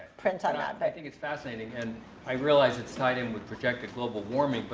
print on that. but i think it's fascinating. and i realize it's tied in with projected global warming,